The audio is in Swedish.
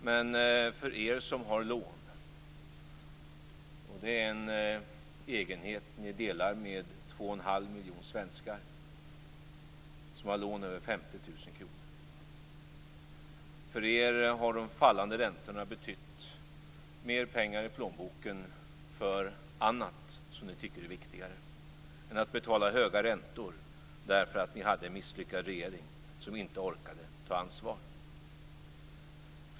Men för er som har lån - och det är en egenhet ni delar med 2 1⁄2 miljon svenskar som har lån över 50 000 kr - har de fallande räntorna betytt mer pengar i plånboken för annat som ni tycker är viktigare än att betala höga räntor därför att ni hade en misslyckad regering som inte orkade ta ansvar.